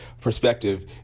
perspective